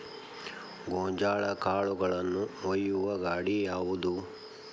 ಗೋಂಜಾಳ ಕಾಳುಗಳನ್ನು ಒಯ್ಯುವ ಗಾಡಿ ಯಾವದು?